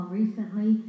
recently